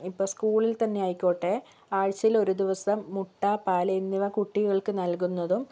ഇപ്പം സ്കൂളിൽ തന്നെ ആയിക്കോട്ടെ ആഴ്ചയിലൊരു ദിവസം മുട്ട പാല് എന്നിവ കുട്ടികൾക്ക് നൽകുന്നതും